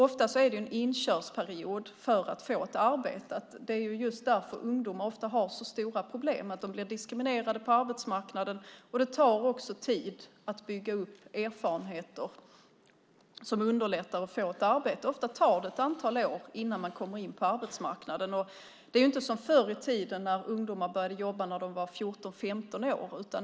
Ofta är det en inkörsperiod innan man får ett arbete. Det är just därför ungdomar ofta har så stora problem - de blir diskriminerade på arbetsmarknaden, och det tar också tid att bygga upp erfarenheter som underlättar att få ett arbete. Ofta tar det ett antal år innan man kommer in på arbetsmarknaden. Det är inte som förr i tiden, när ungdomar började jobba när de var 14-15 år.